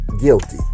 guilty